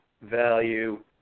value